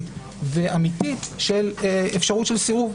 אפקטיבית ואמיתית של סירוב?